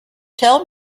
tell